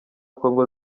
congo